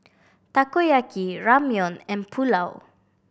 Takoyaki Ramyeon and Pulao